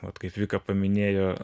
vat kaip vika paminėjo